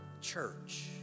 church